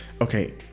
Okay